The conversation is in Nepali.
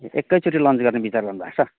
ए एकैचोटि लन्च गर्ने विचार गर्नुभएको छ